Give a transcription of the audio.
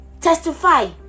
Testify